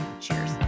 Cheers